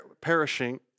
perishing